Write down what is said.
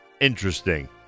interesting